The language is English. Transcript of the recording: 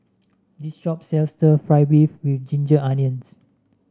this shop sells stir fry beef with Ginger Onions